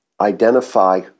identify